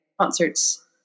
concerts